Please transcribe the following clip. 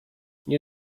nie